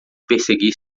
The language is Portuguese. perseguir